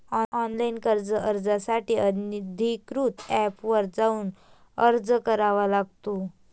online कर्ज अर्जासाठी अधिकृत एपवर जाऊन अर्ज करावा लागतो